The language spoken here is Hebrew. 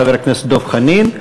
חבר הכנסת דב חנין,